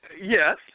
Yes